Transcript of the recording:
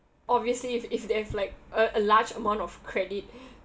obviously if if they have like a a large amount of credit